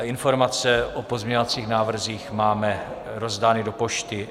Informace o pozměňovacích návrzích máme rozdány do pošty.